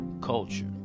culture